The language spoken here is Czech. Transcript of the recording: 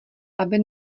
aby